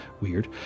Weird